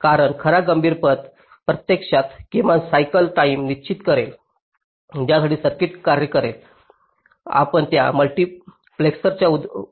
कारण खरा गंभीर पथ प्रत्यक्षात किमान सायकल टाईम निश्चित करेल ज्यासाठी सर्किट कार्य करेल आपण त्या मल्टीप्लेस्टरच्या